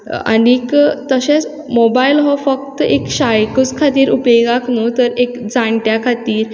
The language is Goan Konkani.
आनीक तशेंच मोबायल हो फक्त एक शाळेकूच खातीर उपेगाक न्हू तर एक जाणट्या खातीर